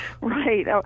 Right